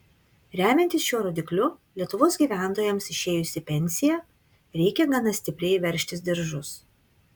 remiantis šiuo rodikliu lietuvos gyventojams išėjus į pensiją reikia gana stipriai veržtis diržus